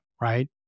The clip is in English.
right